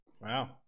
Wow